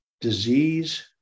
disease